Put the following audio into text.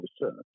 research